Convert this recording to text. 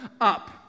up